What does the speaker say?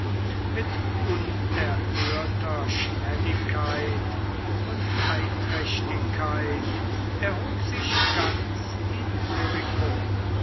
mit unerhörter schnelligkeit und einträchtigkeit erhob sich ganz